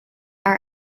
our